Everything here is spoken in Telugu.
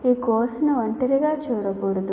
ఏ కోర్సును ఒంటరిగా చూడకూడదు